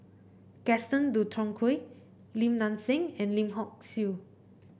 Gaston Dutronquoy Lim Nang Seng and Lim Hock Siew